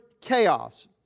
chaos